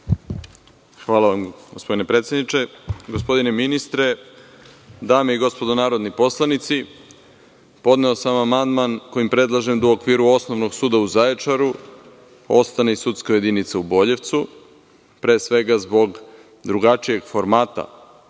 Hvala vam, gospodine predsedniče. Gospodine ministre, dame i gospodo narodni poslanici, podneo sam amandman kojim predlažem da u okviru Osnovnog suda u Zaječaru ostane i sudska jedinica u Boljevcu, pre svega zbog drugačijeg formata